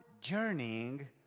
journeying